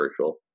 virtual